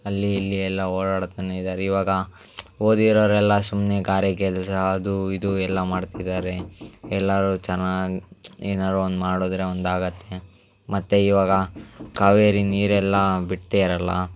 ಅಲ್ಲಿ ಇಲ್ಲಿ ಎಲ್ಲ ಓಡಾಡ್ತನೇ ಇದಾರೆ ಇವಾಗ ಓದಿರೋರು ಎಲ್ಲ ಸುಮ್ಮನೆ ಗಾರೆ ಕೆಲಸ ಅದೂ ಇದೂ ಎಲ್ಲ ಮಾಡ್ತಿದ್ದಾರೆ ಎಲ್ಲರೂ ಚೆನ್ನಾಗಿ ಏನಾದ್ರು ಒಂದು ಮಾಡಿದ್ರೆ ಒಂದು ಆಗುತ್ತೆ ಮತ್ತು ಇವಾಗ ಕಾವೇರಿ ನೀರು ಎಲ್ಲ ಬಿಡ್ತಿದಾರಲ್ಲ